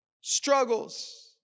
struggles